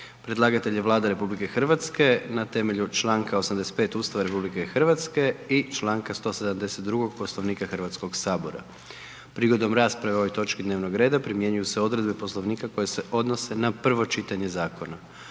Predlagatelj je Vlada RH temeljem čl. 85. Ustava RH i čl. 172. u svezi s čl. 190. Poslovnika HS-a. Prigodom rasprave o ovoj točki dnevnog reda primjenjuju se odredbe Poslovnika koje se odnose na drugo čitanje zakona.